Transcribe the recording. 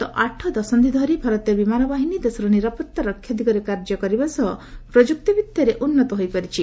ଗତ ଆଠ ଦଶନ୍ଧି ଧରି ଭାରତୀୟ ବିମାନ ବାହିନୀ ଦେଶର ନିରାପତ୍ତା ରକ୍ଷା ଦିଗରେ କାର୍ଯ୍ୟ କରିବା ସହ ପ୍ରଯ୍ୟକ୍ତି ବିଦ୍ୟାରେ ଉନ୍ନତ ହୋଇପାରିଛି